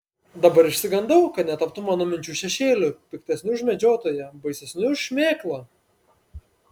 dabar išsigandau kad netaptų mano minčių šešėliu piktesniu už medžiotoją baisesniu už šmėklą